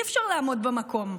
אי-אפשר לעמוד במקום.